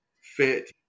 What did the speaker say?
fit